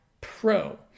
Pro